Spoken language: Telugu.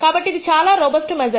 కాబట్టి ఇది చాలా రోబొస్ట్ మెజర్